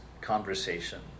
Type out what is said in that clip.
conversation